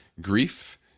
grief